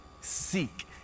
seek